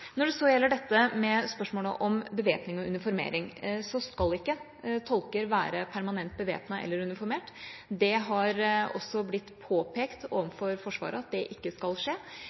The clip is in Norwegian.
Når det så gjelder spørsmålet om bevæpning og uniformering, skal ikke tolker være permanent bevæpnet eller uniformert. Det har også blitt påpekt overfor Forsvaret at det ikke skal skje.